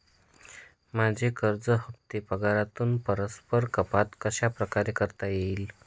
माझे कर्ज हफ्ते पगारातून परस्पर कपात कशाप्रकारे करता येतील?